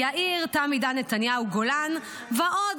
יאיר "תם עידן נתניהו" גולן ועוד.